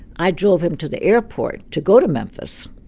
i drove him to the airport to go to memphis.